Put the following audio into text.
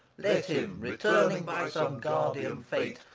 let him, returning by some guardian fate,